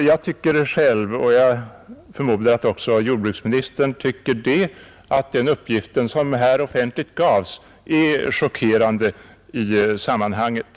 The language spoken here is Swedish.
Jag tyckte själv, och jag förmodar att även jordbruksministern tycker det, att den uppgift som här gavs offentligt är chockerande i sammanhanget.